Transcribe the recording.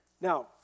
Now